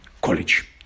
college